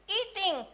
eating